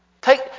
Take